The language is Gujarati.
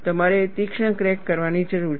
તમારે તીક્ષ્ણ ક્રેક કરવાની જરૂર છે